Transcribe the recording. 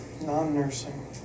Non-nursing